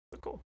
cool